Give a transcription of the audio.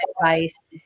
advice